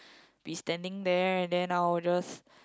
be standing there and then I will just